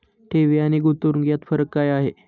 ठेवी आणि गुंतवणूक यात फरक काय आहे?